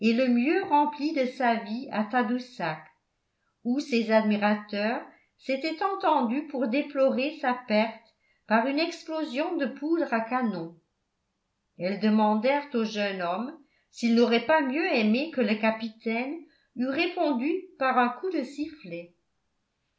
le mieux rempli de sa vie à tadoussac où ses admirateurs s'étaient entendus pour déplorer sa perte par une explosion de poudre à canon elles demandèrent au jeune homme s'il n'aurait pas mieux aimé que le capitaine eût répondu par un coup de sifflet